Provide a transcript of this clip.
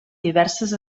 diverses